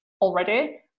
already